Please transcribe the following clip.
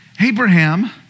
Abraham